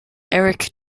eric